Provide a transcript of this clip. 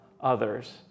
others